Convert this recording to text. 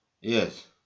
Yes